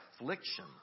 affliction